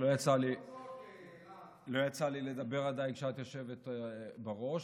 לא יצא לי עדיין לדבר כשאת יושבת בראש.